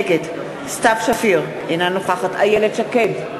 נגד סתיו שפיר, אינה נוכחת איילת שקד,